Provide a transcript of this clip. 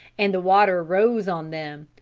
and the water rose on them,